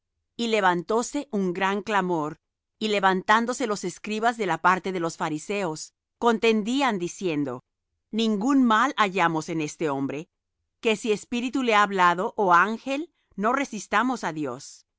y levantóse un gran clamor y levantándose los escribas de la parte de los fariseos contendían diciendo ningún mal hallamos en este hombre que si espíritu le ha hablado ó ángel no resistamos á dios